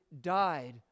died